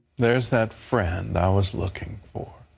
there is that friend i was looking for.